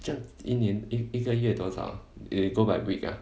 这样一年一一个月多少 uh they go by week ah